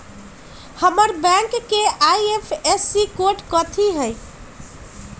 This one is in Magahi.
हमर बैंक के आई.एफ.एस.सी कोड कथि हई?